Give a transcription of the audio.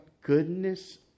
goodness